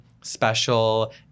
special